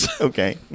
Okay